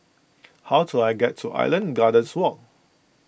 how do I get to Island Gardens Walk